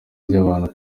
ry’abantu